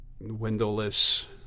windowless